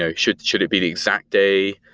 ah should should it be the exact day?